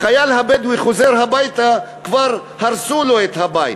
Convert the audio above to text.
החייל הבדואי חוזר הביתה, כבר הרסו לו את הבית,